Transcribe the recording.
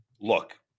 look